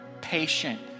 patient